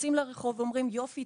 יוצאים לרחוב ואומרים יופי,